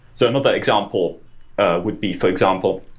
so another example ah would be, for example,